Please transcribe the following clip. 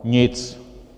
Nic!